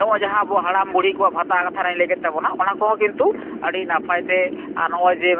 ᱱᱚᱜᱼᱚᱭ ᱡᱟᱦᱟᱸ ᱟᱵᱚᱣᱟᱜ ᱦᱟᱲᱟᱢ ᱵᱩᱲᱦᱤ ᱠᱚᱣᱟᱜ ᱵᱷᱟᱛᱟ ᱠᱟᱛᱷᱟ ᱨᱮᱱᱟᱜ ᱤᱧ ᱞᱟᱹᱭ ᱠᱮᱫ ᱛᱟᱵᱚᱱᱟ ᱚᱱᱟ ᱠᱚᱦᱚᱸ ᱠᱤᱱᱛᱩ ᱟᱹᱰᱤ ᱱᱟᱯᱟᱭ ᱛᱮ ᱱᱚᱜᱼᱚᱭ ᱡᱮ